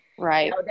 Right